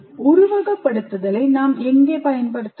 உருவகப்படுத்துதலை நாம் எங்கே பயன்படுத்தலாம்